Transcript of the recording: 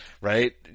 right